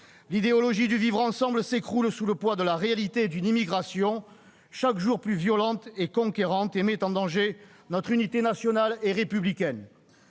L'idéologie du vivre ensemble s'écroule sous le poids de la réalité d'une immigration chaque jour plus violente et conquérante, qui met en danger notre unité nationale et républicaine.